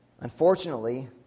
Unfortunately